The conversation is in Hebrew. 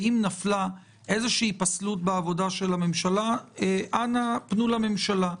אם נפלה איזו פסלות בעבודת הממשלה אנא פנו לממשלה.